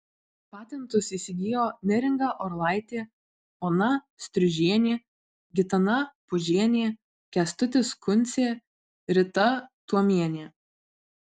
patentus įsigijo neringa orlaitė ona striužienė gitana pužienė kęstutis kuncė rita tuomienė